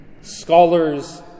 scholars